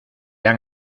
han